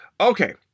Okay